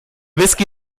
whisky